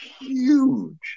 huge